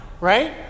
right